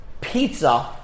pizza